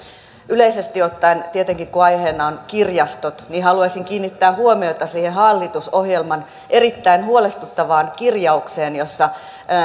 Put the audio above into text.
yleisesti ottaen tietenkin kun aiheena ovat kirjastot haluaisin kiinnittää huomiota siihen hallitusohjelman erittäin huolestuttavaan kirjaukseen jossa